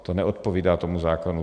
To neodpovídá tomu zákonu.